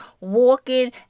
Walking